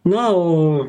na o